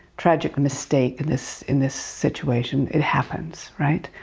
tragic mistake in this in this situation, it happens, right?